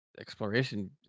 exploration